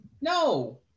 no